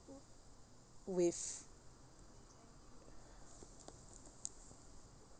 with